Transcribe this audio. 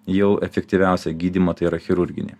jau efektyviausią gydymą tai yra chirurginį